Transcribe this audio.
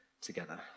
together